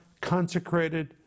consecrated